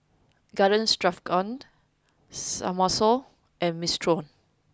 Garden Stroganoff Samosa and Minestrone